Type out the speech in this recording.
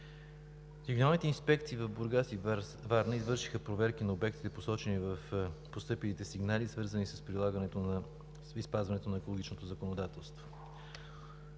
регионалните инспекции в Бургас и Варна извършиха проверки на обектите, посочени в постъпилите сигнали, свързани с прилагането и спазването на екологичното законодателство.